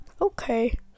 Okay